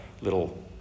little